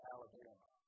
Alabama